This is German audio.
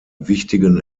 wichtigen